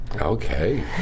Okay